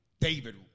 David